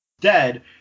dead